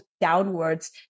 downwards